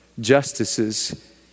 justices